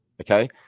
okay